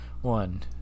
one